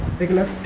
the lead